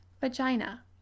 vagina